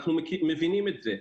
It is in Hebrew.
אנחנו מבינים את זה.